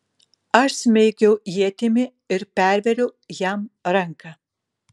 aš smeigiau ietimi ir pervėriau jam ranką